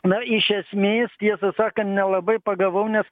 na iš esmės tiesą sakant nelabai pagavau nes